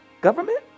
government